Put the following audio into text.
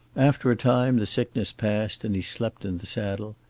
after a time the sickness passed, and he slept in the saddle.